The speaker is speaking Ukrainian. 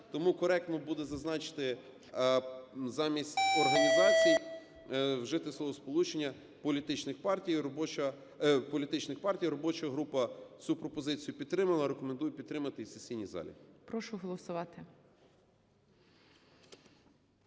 Тому коректно буде зазначити замість "організацій" вжити словосполучення "політичних партій". І робоча група цю пропозицію підтримала, рекомендує підтримати і в сесійній залі.